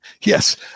yes